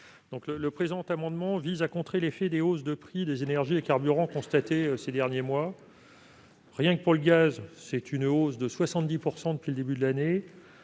Cet amendement vise à contrer l'effet des hausses de prix des énergies et des carburants constatées ces derniers mois : pour le gaz, l'augmentation est de 70 % depuis le début de l'année